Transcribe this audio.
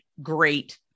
great